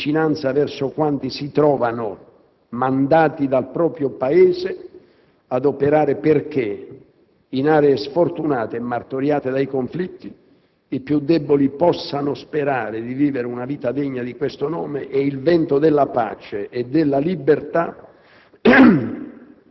stima e vicinanza verso quanti si trovano, mandati dal proprio Paese, ad operare perché, in aree sfortunate e martoriate dai conflitti, i più deboli possano sperare di vivere una vita degna di questo nome e il vento della pace e della libertà